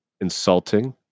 insulting